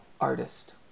artist